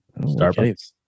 Starbucks